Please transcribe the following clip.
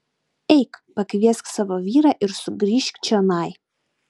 eik pakviesk savo vyrą ir sugrįžk čionai